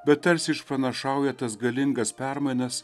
bet tarsi išpranašauja tas galingas permainas